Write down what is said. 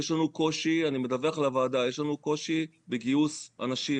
אני מדווח לוועדה: יש לנו קושי בגיוס אנשים.